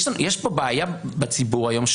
יש פה בעיה לציבור